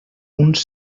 uns